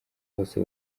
bose